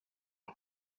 you